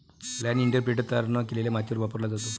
land imprinter तयार न केलेल्या मातीवर वापरला जातो